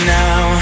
now